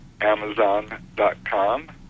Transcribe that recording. Amazon.com